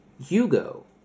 Hugo